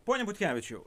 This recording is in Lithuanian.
pone butkevičiau